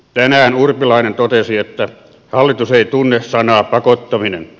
tänään urpilainen totesi että hallitus ei tunne sanaa pakottaminen